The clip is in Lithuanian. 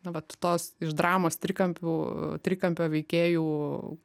vat tos iš dramos trikampių trikampio veikėjų